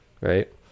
Right